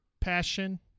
passion